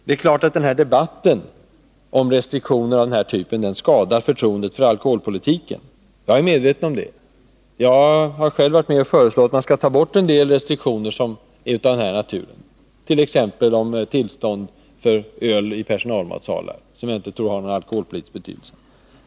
Det är klart att debatten om restriktioner av den här typen skadar förtroendet för alkoholpolitiken. Jag är medveten om det. Jag har själv varit med att föreslå att vi skall ta bort en del restriktioner av den här naturen, t.ex. om tillstånd för öl i personalmatsalar, som jag inte tror har någon alkoholpolitisk betydelse.